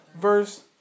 verse